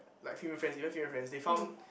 like female friends you know female friends they found